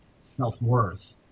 self-worth